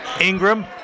Ingram